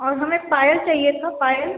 और हमें पायल चाहिए था पायल